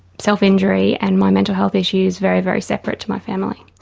self injury and my mental health issues very, very separate to my family.